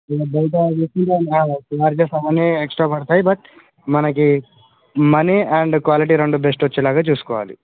మనం బయట making charges అవన్నీ ఎక్స్ట్రా పడతాయి బట్ మనకి మనీ అండ్ క్వాలిటీ రెండు బెస్ట్ వచ్చేలాగా చూసుకోవాలి